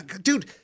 dude